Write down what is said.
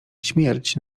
śmierć